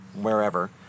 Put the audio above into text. wherever